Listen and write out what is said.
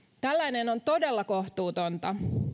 tällainen on todella kohtuutonta